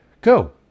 go